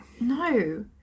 No